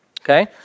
okay